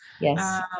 yes